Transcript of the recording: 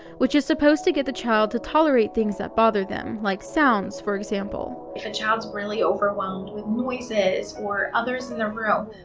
which is supposed to get the child to tolerate things that bother them, like sounds, for example. if a child's really overwhelmed with noises or others in the room,